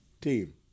team